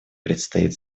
предстоит